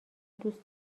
دوست